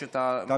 יש את המדבקות,